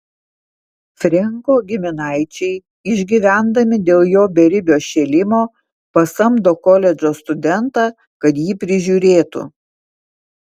frenko giminaičiai išgyvendami dėl jo beribio šėlimo pasamdo koledžo studentą kad jį prižiūrėtų